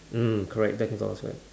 mm correct black flowers right